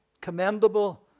commendable